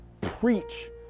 preach